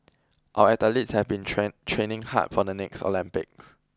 our athletes have been train training hard for the next Olympics